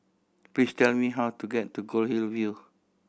please tell me how to get to Goldhill View